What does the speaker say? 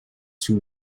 two